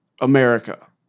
America